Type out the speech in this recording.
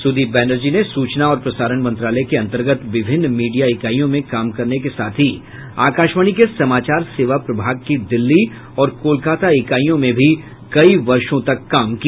सुदीप बैनर्जी ने सूचना और प्रसारण मंत्रालय के अंतर्गत विभिन्न मीडिया इकाइयों में काम करने के साथ ही आकाशवाणी के समाचार सेवा प्रभाग की दिल्ली और कोलकाता इकाइयों में भी कई वर्ष काम किया